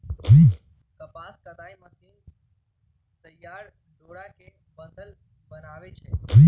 कपास कताई मशीन तइयार डोरा के बंडल बनबै छइ